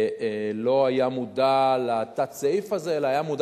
לא היה מודע לתת-סעיף הזה אלא היה מודע